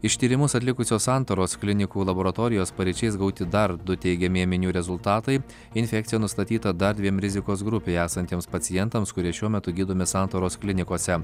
iš tyrimus atlikusios santaros klinikų laboratorijos paryčiais gauti dar du teigiami ėminių rezultatai infekcija nustatyta dar dviem rizikos grupėje esantiems pacientams kurie šiuo metu gydomi santaros klinikose